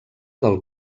del